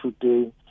today